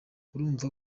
urumva